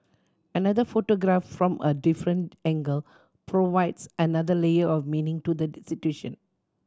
another photograph from a different angle provides another layer of meaning to the situation